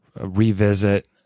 revisit